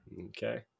Okay